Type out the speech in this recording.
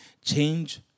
Change